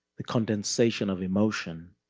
the condensation of emotion.